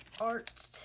art